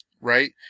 right